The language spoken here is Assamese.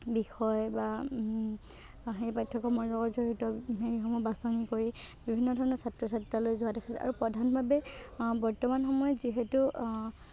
বিষয় বা সেই পাঠ্যক্ৰমৰ লগত জড়িত সেইসমূহ বাছনি কৰি বিভিন্ন ধৰণৰ ছাত্ৰ ছাত্ৰী তালৈ যোৱা দেখা যায় আৰু প্ৰধানভাৱে বৰ্তমান সময়ত যিহেতু